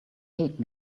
hate